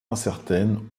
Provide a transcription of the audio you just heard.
incertaine